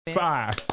Five